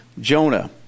Jonah